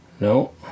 no